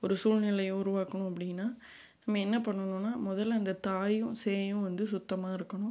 ஒரு சூழ்நிலையை உருவாக்கணும் அப்படின்னா நம்ம என்ன பண்ணணுன்னால் முதல்ல அந்த தாயும் சேயும் வந்து சுத்தமாக இருக்கணும்